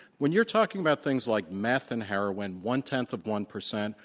when you're talking about things like meth and heroin, one-tenth of one percent.